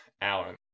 Alan